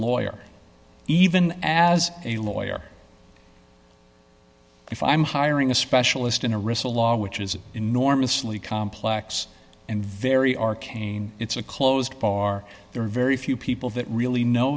lawyer even as a lawyer if i'm hiring a specialist in a ryssdal law which is enormously complex and very arcane it's a closed bar there are very few people that really know